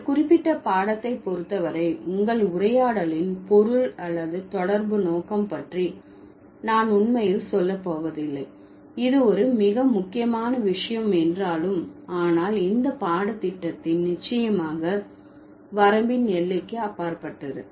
இந்த குறிப்பிட்ட பாடத்தை பொறுத்த வரை உங்கள் உரையாடலின் பொருள் அல்லது தொடர்பு நோக்கம் பற்றி நான் உண்மையில் செல்ல போவதில்லை இது ஒரு மிக முக்கியமான விஷயம் என்றாலும் ஆனால் இந்த பாடத்திட்டத்தின் நிச்சயமாக வரம்பின் எல்லைக்கு அப்பாற்பட்டது